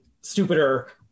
stupider